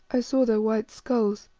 i saw their white skulls,